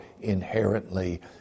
inherently